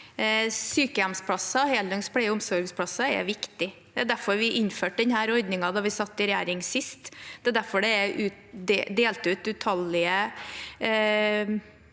Sykehjemsplasser, heldøgns pleie- og omsorgsplasser, er viktig. Det er derfor vi innførte denne ordningen da vi satt i regjering sist, det er derfor det er delt ut utallige